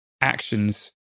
actions